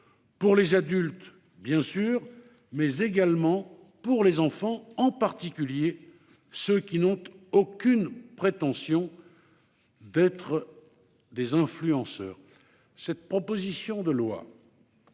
pour les adultes, bien sûr, mais également pour les enfants, en particulier ceux qui n'ont aucune prétention d'être des influenceurs. Cette proposition de loi